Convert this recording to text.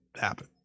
happen